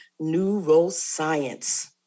Neuroscience